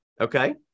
okay